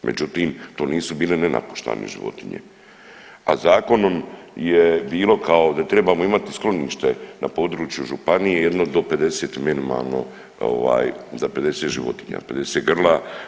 Međutim, to nisu bile nenapuštane životinje, ali zakonom je bilo kao da trebamo imati sklonište ne području županije jedno do 50 minimalno ovaj za 50 životinja, 50 grla.